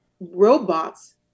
robots